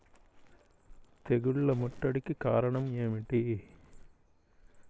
తెగుళ్ల ముట్టడికి కారణం ఏమిటి?